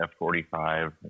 F45